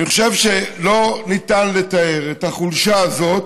אני חושב שלא ניתן לתאר את החולשה הזאת,